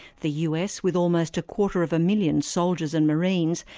the us, with almost a quarter of a million soldiers and marines,